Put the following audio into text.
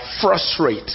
frustrate